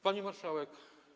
Pani Marszałek!